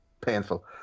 painful